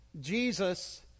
Jesus